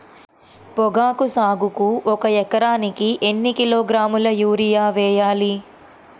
పొగాకు సాగుకు ఒక ఎకరానికి ఎన్ని కిలోగ్రాముల యూరియా వేయాలి?